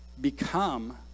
become